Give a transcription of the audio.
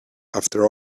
after